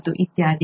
ಮತ್ತು ಇತ್ಯಾದಿ